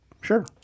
Sure